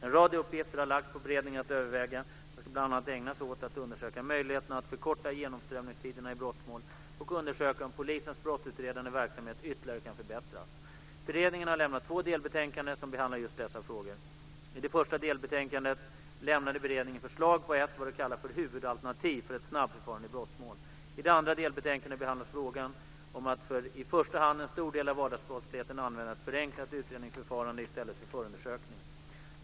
En rad uppgifter har lagts på beredningen att överväga. Den ska bl.a. ägna sig åt att undersöka möjligheterna att förkorta genomströmningstiderna i brottmål och undersöka om polisens brottsutredande verksamhet ytterligare kan förbättras. Beredningen har lämnat två delbetänkanden som behandlar just dessa frågor. I det första delbetänkandet lämnade beredningen förslag på ett - vad de kallar för - huvudalternativ för ett snabbförfarande i brottmål. I det andra delbetänkandet behandlas frågan om att för i första hand en stor del av vardagsbrottsligheten använda ett förenklat utredningsförfarande i stället för förundersökning.